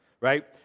Right